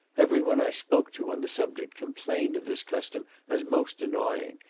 every one i spoke to on the subject complained of this custom as most annoying,